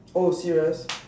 oh serious